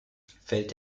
fällt